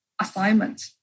assignment